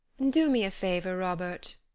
do me a favor, robert,